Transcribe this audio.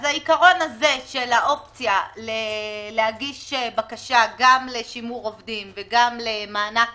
אז העיקרון הזה של האופציה להגיש בקשה גם לשימור עובדים וגם למענק